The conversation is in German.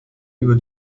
über